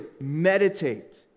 meditate